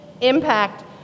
impact